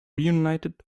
reunited